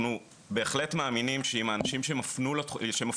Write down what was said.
אנחנו בהחלט מאמינים שאם האנשים שמפנים